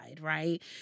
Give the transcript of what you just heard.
Right